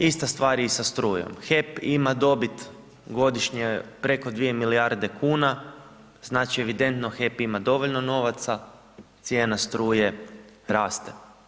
Ista stvar je i sa strujom, HEP ima dobit godišnje preko 2 milijarde kuna, znači evidentno HEP ima dovoljno novaca, cijena struje raste.